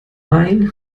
ein